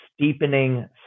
steepening